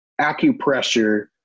acupressure